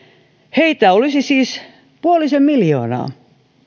heitä olisi siis puolisen miljoonaa